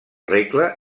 regle